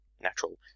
natural